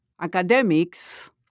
academics